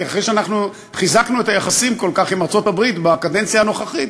אחרי שאנחנו חיזקנו כל כך את היחסים עם ארצות-הברית בקדנציה הנוכחית.